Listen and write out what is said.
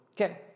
Okay